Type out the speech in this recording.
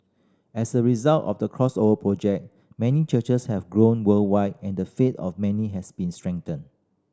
as a result of the Crossover Project many churches have grown worldwide and the faith of many has been strengthened